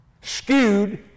skewed